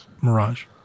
Mirage